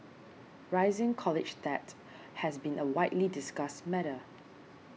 rising college debt has been a widely discussed matter